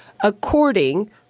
according